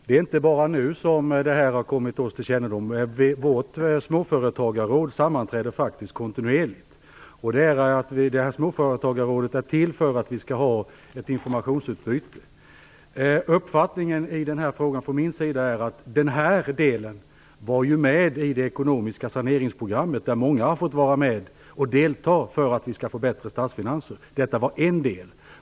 Fru talman! Detta har inte kommit oss till kännedom först nu. Vårt småföretagarråd sammanträder faktiskt kontinuerligt. Småföretagarrådet är till för att vi skall ha ett informationsutbyte. Uppfattningen i den här frågan från min sida är följande: Den här delen var med i det ekonomiska saneringsprogrammet där många har fått vara med och delta för att vi skall få bättre statsfinanser. Detta var en del.